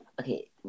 Okay